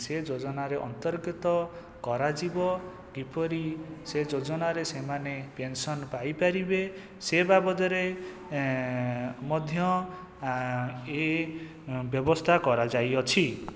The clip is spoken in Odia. ସେ ଯୋଜନାରେ ଅନ୍ତର୍ଗତ କରାଯିବ କିପରି ସେ ଯୋଜନାରେ ସେମାନେ ପେନସନ ପାଇ ପାରିବେ ସେ ବାବଦରେ ମଧ୍ୟ ଏ ବ୍ୟବସ୍ଥା କରାଯାଇ ଅଛି